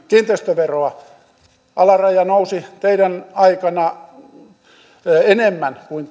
kiinteistöveroa alaraja nousi teidän aikananne enemmän kuin